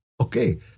Okay